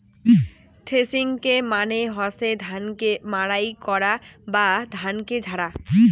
থ্রেশিংকে মানে হসে ধান কে মাড়াই করাং বা ধানকে ঝাড়া